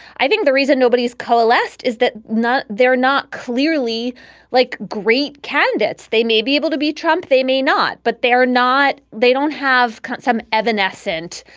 i think the reason nobody's coalesced is that not they're not clearly like great candidates. they may be able to beat trump. they may not, but they are not. they don't have some evanescent,